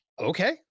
Okay